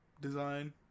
design